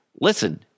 Listen